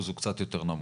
האחוז הוא קצת יותר נמוך.